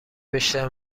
بیشتر